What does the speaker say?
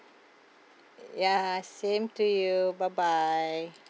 yeah same to you bye bye